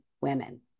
women